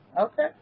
Okay